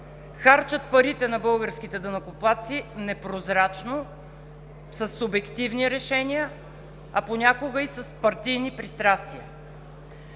харчат парите на българските данъкоплатци непрозрачно, със субективни решения, а понякога и с партийни пристрастия.